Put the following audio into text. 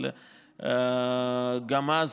אבל גם אז,